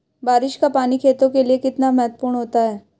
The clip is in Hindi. बारिश का पानी खेतों के लिये कितना महत्वपूर्ण होता है?